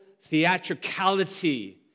theatricality